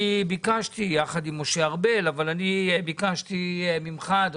ביקשתי יחד עם משה ארבל דיון מהיר